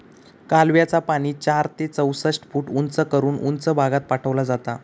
कालव्याचा पाणी चार ते चौसष्ट फूट उंच करून उंच भागात पाठवला जाता